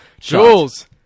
Jules